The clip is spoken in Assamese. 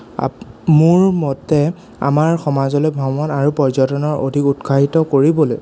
আপ মোৰ মতে আমাৰ সমাজলৈ ভ্ৰমণ আৰু পৰ্যটনৰ অধিক উৎসাহিত কৰিবলৈ